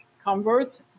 convert